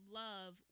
love